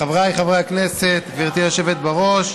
חבריי חברי הכנסת, גברתי היושבת בראש,